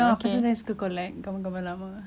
ya pasal saya suka collect gambar-gambar lama